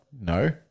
No